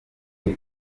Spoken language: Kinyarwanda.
kiir